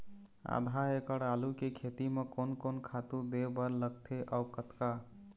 आधा एकड़ आलू के खेती म कोन कोन खातू दे बर लगथे अऊ कतका?